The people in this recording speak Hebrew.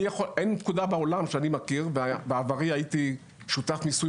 אין פקודה בעולם שאני מכיר ובעברי הייתי שותף מיסוי